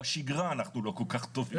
בשגרה אנחנו לא כל כך טובים.